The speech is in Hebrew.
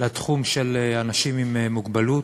לתחום של אנשים עם מוגבלות.